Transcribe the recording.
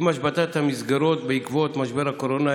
עם השבתת המסגרות בעקבות משבר הקורונה,